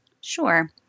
Sure